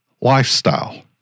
lifestyle